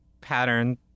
pattern